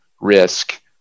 risk